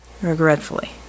Regretfully